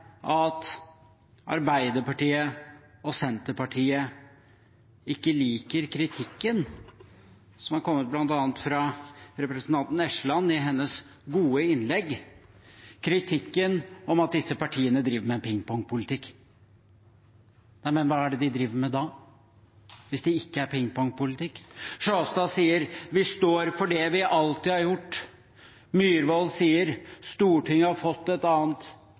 Senterpartiet ikke liker kritikken, som er kommet bl.a. fra representanten Eskeland i hennes gode innlegg, om at disse partiene driver med pingpongpolitikk. Men hva er det de driver med da, hvis det ikke er pingpongpolitikk? Sjåstad sier at de står for det de alltid har gjort. Myhrvold sier at Stortinget har fått et annet